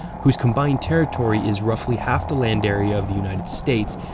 whose combined territory is roughly half the land area of the united states,